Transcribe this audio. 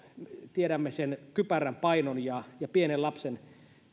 tiedämme sen kypärän painon ja ja pienen lapsen